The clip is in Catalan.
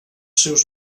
seus